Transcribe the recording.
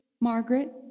Margaret